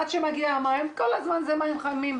עד שמגיע המים, כל הזמן זה מים חמים.